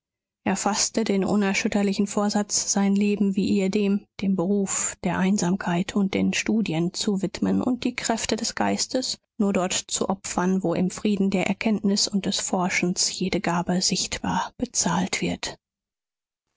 faßte den unerschütterlichen vorsatz sein leben wie ehedem dem beruf der einsamkeit und den studien zu widmen und die kräfte des geistes nur dort zu opfern wo im frieden der erkenntnis und des forschens jede gabe sichtbar bezahlt wird